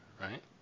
right